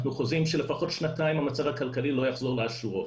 אנחנו חוזים שלפחות שנתיים המצב הכלכלי לא יחזור לאשורו.